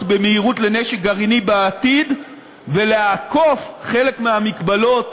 במהירות לנשק גרעיני בעתיד ולעקוף חלק מהמגבלות